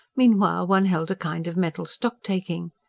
meanwhile, one held a kind of mental stocktaking.